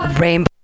Rainbow